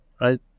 Right